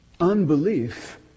Unbelief